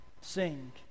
sing